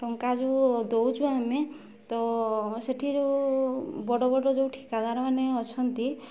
ଟଙ୍କା ଯେଉଁ ଦେଉଛୁ ଆମେ ତ ସେଠି ଯେଉଁ ବଡ଼ ବଡ଼ ଯେଉଁ ଠିକାଦାର ମାନେ ଅଛନ୍ତି